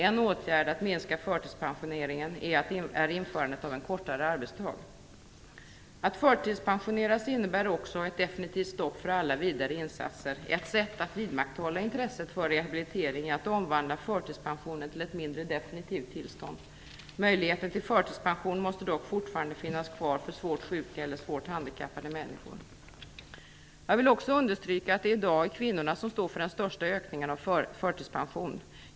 En åtgärd för att minska förtidspensioneringen är införandet av en kortare arbetsdag. Att förtidspensioneras innebär också ett definitivt stopp för alla vidare insatser. Ett sätt att vidmakthålla intresset för rehabilitering är att omvandla förtidspensionen till ett mindre definitivt tillstånd. Möjligheten till förtidspension måste dock fortfarande finnas kvar för svårt sjuka eller svårt handikappade människor. Jag vill också understryka att det i dag är kvinnorna som står för den största ökningen av antalet förtidspensioneringar.